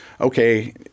okay